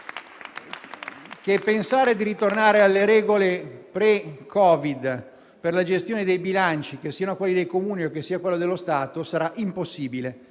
che pensare di ritornare alle regole precedenti il Covid per la gestione dei bilanci, che siano quelli dei Comuni o che sia quello dello Stato, sarà impossibile.